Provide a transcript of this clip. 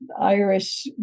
Irish